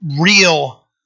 real